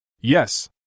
Yes